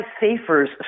Safer's